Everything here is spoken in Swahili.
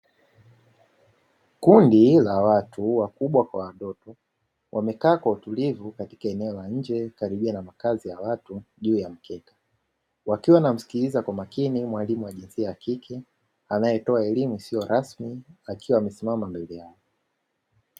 Kundi la watu wakubwa kwa wadogo. Wamekaa kwa utulivu katika eneo la nje karibia na makazi ya watu juu ya mkeka, wakiwa wanamsikiliza kwa makini mwalimu wa jinsia ya kike, anayetoa elimu siiyo rasmi akiwa amesimama mbele yao.